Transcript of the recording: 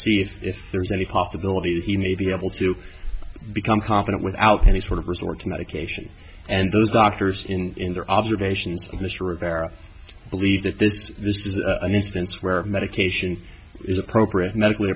see if there's any possibility that he may be able to become confident without any sort of resorting medication and those doctors in their observations of mr rivera believe that this this is an instance where medication is appropriate medically